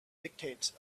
dictates